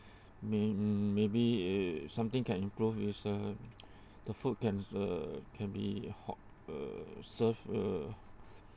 may~ maybe something can improve is the the food can uh can be hot uh serve uh